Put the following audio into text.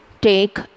Take